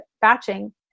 batching